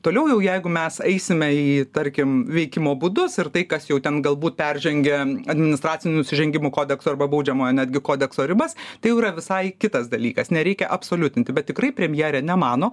toliau jau jeigu mes eisime į tarkim veikimo būdus ir tai kas jau ten galbūt peržengia administracinių nusižengimų kodekso arba baudžiamojo netgi kodekso ribas tai jau yra visai kitas dalykas nereikia absoliutinti bet tikrai premjerė nemano